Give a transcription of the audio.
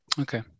Okay